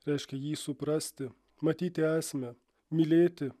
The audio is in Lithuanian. reiškia jį suprasti matyti esmę mylėti